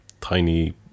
tiny